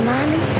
Mommy